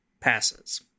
passes